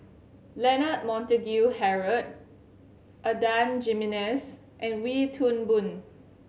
Leonard Montague Harrod Adan Jimenez and Wee Toon Boon